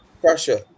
pressure